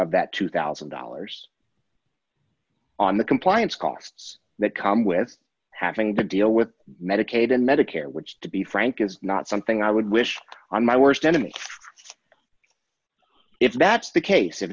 that two thousand dollars on the compliance costs that come with having to deal with medicaid and medicare which to be frank is not something i would wish on my worst enemy if that's the case if